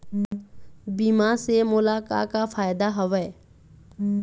बीमा से मोला का का फायदा हवए?